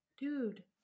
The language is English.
Dude